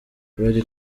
bari